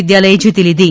વિદ્યાલયે જીતી લીધી